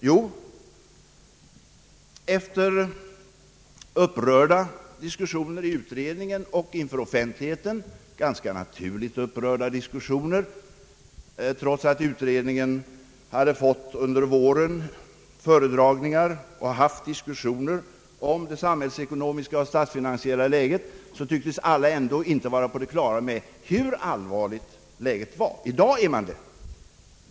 Jo, efter upprörda diskussioner i utredningen och inför offentligheten — ganska naturligt upprörda diskussioner, trots att utredningen under våren hade fått föredragningar och hade haft diskussioner om det samhällsekonomiska och statsfinansiella läget — tycks alla ändå inte vara på det klara med hur allvarligt läget var. I dag är man det.